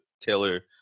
Taylor